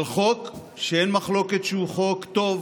על חוק שאין מחלוקת שהוא חוק טוב,